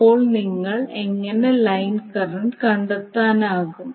അപ്പോൾ നിങ്ങൾക്ക് എങ്ങനെ ലൈൻ കറന്റ് കണ്ടെത്താനാകും